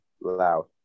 loud